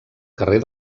carrer